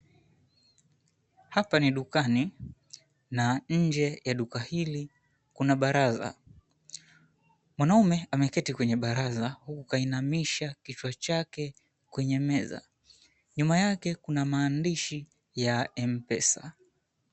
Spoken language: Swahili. Hapa ni dukani na nje la duka hili kuna baraza. Mwanamume ameketi kwenye baraza huku kainamisha kichwa chake kwenye meza. Nyuma yake kuna maandishi ya M-Pesa.